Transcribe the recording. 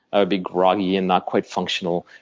ah be groggy and not quite functional.